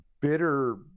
bitter